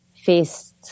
faced